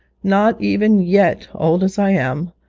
not even yet, old as i am,